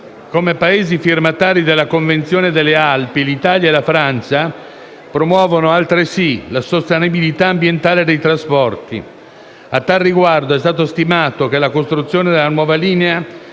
Come Paesi firmatari della Convenzione delle Alpi, l'Italia e la Francia promuovono altresì la sostenibilità ambientale dei trasporti. A tale riguardo è stato stimato che la costruzione della nuova linea